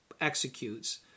executes